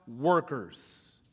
workers